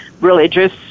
religious